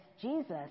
Jesus